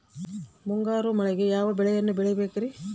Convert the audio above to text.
ಮುಂಗಾರು ಮಳೆಗೆ ಯಾವ ಬೆಳೆಯನ್ನು ಬೆಳಿಬೇಕ್ರಿ?